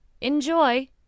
Enjoy